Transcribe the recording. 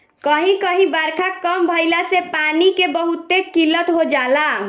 कही कही बारखा कम भईला से पानी के बहुते किल्लत हो जाला